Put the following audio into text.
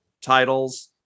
titles